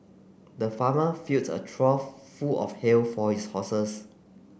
the farmer filled a trough full of hay for his horses